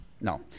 No